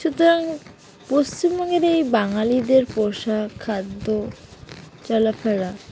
সুতরাং পশ্চিমবঙ্গের এই বাঙালিদের পোশাক খাদ্য চলাফেরা